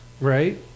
right